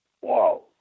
Whoa